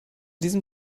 diesem